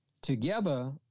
together